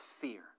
fear